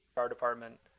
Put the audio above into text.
our department.